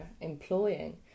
employing